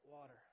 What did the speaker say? water